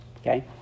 okay